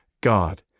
God